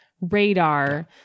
radar